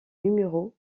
numéros